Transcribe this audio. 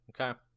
Okay